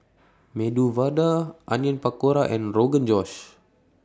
Medu Vada Onion Pakora and Rogan Josh